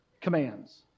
commands